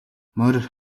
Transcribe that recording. морь